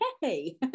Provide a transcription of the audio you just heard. hey